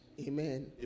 Amen